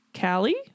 Callie